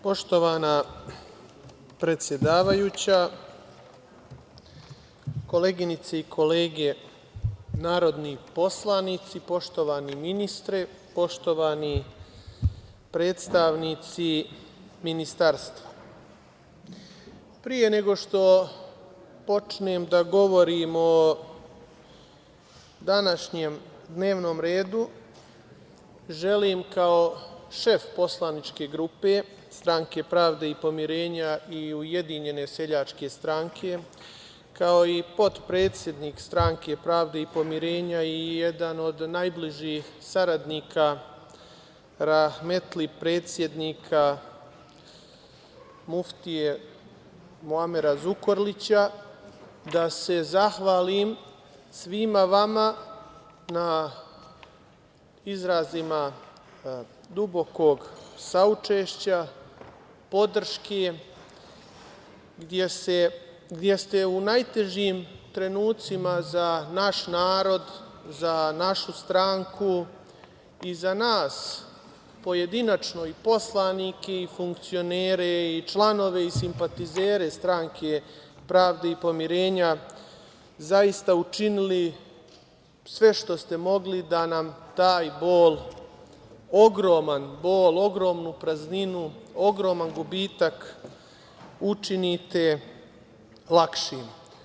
Poštovana predsedavajuća, koleginice i kolege narodni poslanici, poštovani ministre, poštovani predstavnici Ministarstva, pre nego što počnem da govorim o današnjem dnevnom redu, želim kao šef poslaničke grupe Stranke pravde i pomirenja i Ujedinjene seljačke stranke, kao i potpredsednik Stranke pravde i pomirenja i jedan od najbližih saradnika rahmetli predsednika muftije Muamera Zukorlića, da se zahvalim svima vama na izrazima dubokog saučešća, podrške, gde ste u najtežim trenucima za naš narod, za našu stranku, i za nas pojedinačno i poslanike i funkcionere i članove i simpatizere Stranke pravde i pomirenja, zaista učinili sve što ste mogli da nam taj bol, ogroman bol, ogromnu prazninu, ogroman gubitak učinite lakšim.